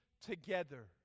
together